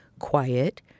Quiet